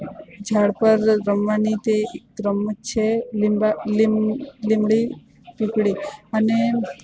ઝાડ પર રમવાની તે એક રમત છે લીંબા લીંબડી પીપડી અને